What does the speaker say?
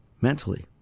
mentally